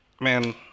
man